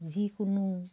যিকোনো